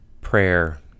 prayer